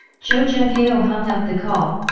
zhou zhenghao ah hung up the call,